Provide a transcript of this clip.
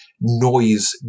noise